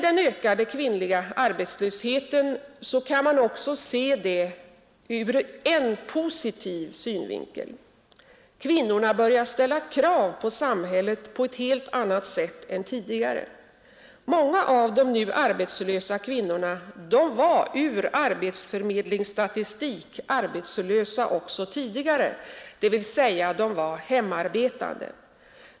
Den ökade kvinnliga arbetslösheten kan också ses ur en positiv synvinkel: kvinnorna börjar ställa krav på samhället på ett helt annat sätt än tidigare. Många av de nu arbetslösa kvinnorna var från arbetsförmedlingsstatistisk synpunkt arbetslösa också tidigare, dvs. de var hemarbetande.